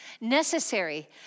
necessary